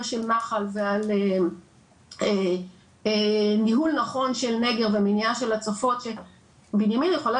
של מחל ועל ניהול נכון של נגר ומניעה של הצפות שבנימינה יכולה